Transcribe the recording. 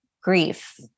grief